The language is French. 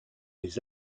les